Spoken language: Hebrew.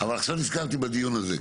אבל עכשיו נזכרתי בדיון הזה.